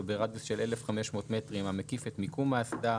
שהוא ברדיוס של 1,500 מטרים המקיף את מיקום האסדה,